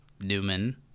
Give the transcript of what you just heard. newman